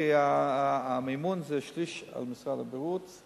כי המימון זה שליש על משרד הבריאות,